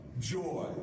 joy